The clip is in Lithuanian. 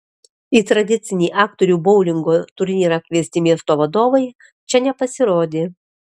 į tradicinį aktorių boulingo turnyrą kviesti miesto vadovai čia nepasirodė